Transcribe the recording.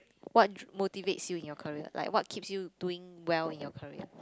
what dr~ motivates you in your career like what keeps you doing well in your career